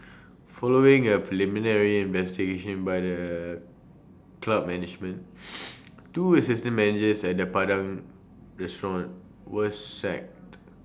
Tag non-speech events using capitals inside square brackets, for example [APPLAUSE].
following A preliminary investigation by the club management [NOISE] two assistant managers at the Padang restaurant were sacked [NOISE]